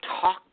talk